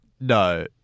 no